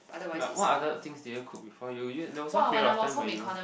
like what other things did you cook before you you there was one period of time where you